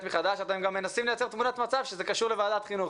אלא אתם גם מנסים לייצר תמונת מצב כאילו זה קשור לוועדת החינוך.